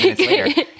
later